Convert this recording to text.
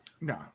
No